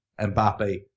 Mbappe